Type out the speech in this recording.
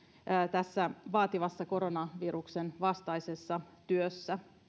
tässä vaativassa koronaviruksen vastaisessa työssä ja